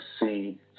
see